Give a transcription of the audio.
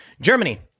Germany